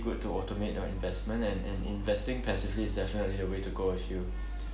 good to automate your investment and and investing passively is definitely a way to go if you